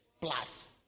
plus